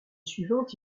suivante